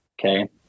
Okay